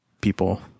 people